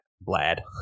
Blad